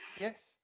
Yes